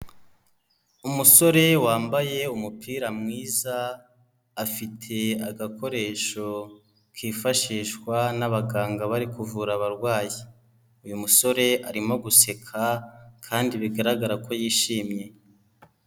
Umusore wambaye umupira mwiza, afite agakoresho kifashishwa n'abaganga bari kuvura abarwayi. Uyu musore arimo guseka kandi bigaragara ko yishimye.